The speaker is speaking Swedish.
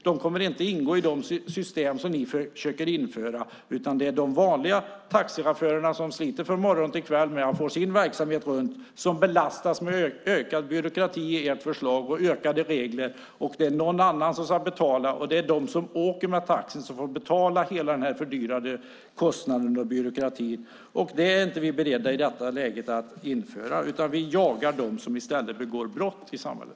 De kommer inte att ingå i de system som vi försöker införa, utan det är de vanliga taxichaufförerna som sliter från morgon till kväll för att få sin verksamhet att gå runt som belastas med ökad byråkrati och ökade regler med ert förslag, och det är någon annan som ska betala. Det är de som åker taxi som får betala hela den fördyrade kostnaden och byråkratin. Detta är vi inte i detta läge beredda att införa, utan vi jagar i stället dem som begår brott i samhället.